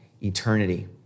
eternity